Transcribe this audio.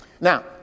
Now